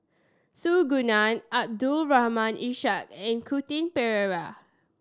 Su Guaning Abdul Rahim Ishak and Quentin Pereira